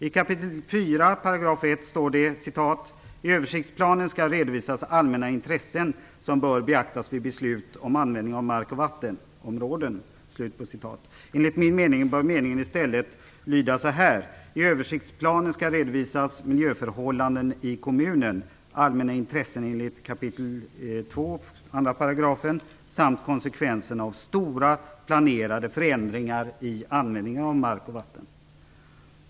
I kap. 4, 1 § står det: "I översiktsplanen skall redovisas allmänna intressen som bör beaktas vid beslut om användningen av mark och vattenområden." Enligt min uppfattning bör meningen i stället lyda så här: I översiktsplanen skall redovisas miljöförhållandena i kommunen, allmänna intressen enligt 2 kap. 2 § samt konsekvenserna av stora planerade förändringar i användningen av mark och vatten.